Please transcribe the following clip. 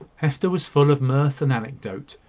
hester was full of mirth and anecdote.